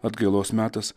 atgailos metas